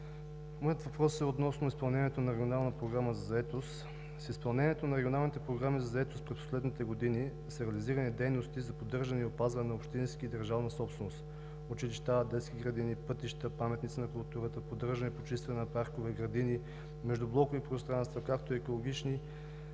моят въпрос е относно изпълнението на Регионална програма за заетост. С изпълнението на регионалните програми за заетост през последните години са реализирани дейности за поддържане и опазване на общинска и държавна собственост – училища, детски градини, пътища, паметници на културата, поддържане и почистване на паркове и градини, междублокови пространства, както и екологични